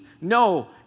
No